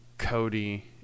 Cody